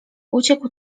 uciekł